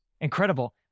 Incredible